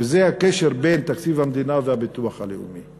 וזה הקשר בין תקציב המדינה והביטוח הלאומי.